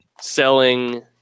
selling